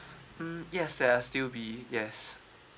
mm yes there are still be yes